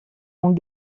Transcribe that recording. ont